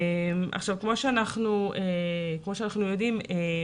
כמו שאנחנו יודעים,